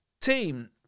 team